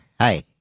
Hi